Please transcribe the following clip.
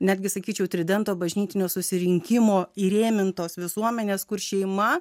netgi sakyčiau tridento bažnytinio susirinkimo įrėmintos visuomenės kur šeima